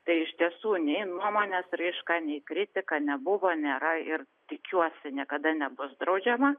tai iš tiesų nei nuomonės raiška nei kritika nebuvo nėra ir tikiuosi niekada nebus draudžiama